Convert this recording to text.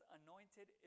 anointed